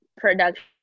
production